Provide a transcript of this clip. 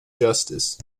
justice